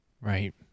right